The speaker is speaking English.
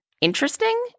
interesting